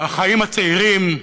החיים הצעירים,